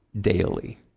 daily